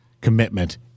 commitment